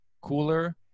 cooler